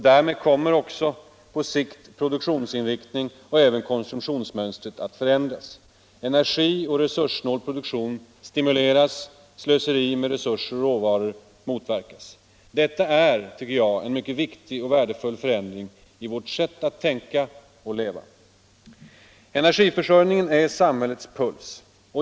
Därmed kommer också på sikt produktionsinriktningen och även konsumtionsmönstret att förändras. Energioch resurssnål produktion stimuleras, slöseri med resurser och råvaror motverkas. Detta är, tycker jag, en mycket viktig och värdefull förändring i vårt sätt att tänka och leva. Energiförsörjningen är samhällets puls.